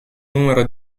numero